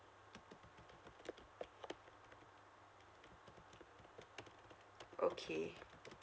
okay